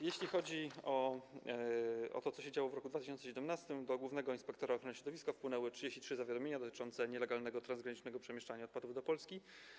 Jeśli chodzi o to, co się działo w roku 2017, to do głównego inspektora ochrony środowiska wpłynęły 33 zawiadomienia dotyczące nielegalnego transgranicznego przemieszczania odpadów do Polski.